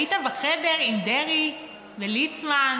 היית בחדר עם דרעי וליצמן.